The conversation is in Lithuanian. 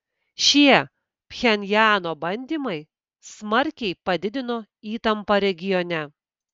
šie pchenjano bandymai smarkiai padidino įtampą regione